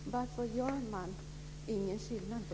Varför gör man ingen skillnad här?